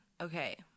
Okay